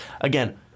Again